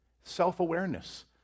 self-awareness